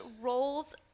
roles